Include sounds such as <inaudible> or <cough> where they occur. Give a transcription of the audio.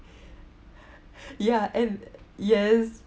<laughs> ya and yes